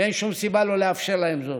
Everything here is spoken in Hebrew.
ואין שום סיבה לא לאפשר להם זאת.